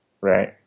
right